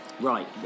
right